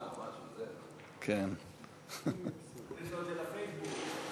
צריך לפעמים לתת מענקים,